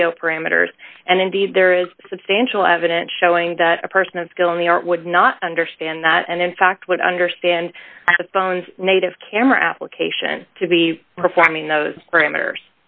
video parameters and indeed there is substantial evidence showing that a person of skill in the art would not understand that and in fact would understand the phone's native camera application to be performing those parameters